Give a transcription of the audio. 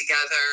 together